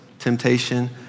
Temptation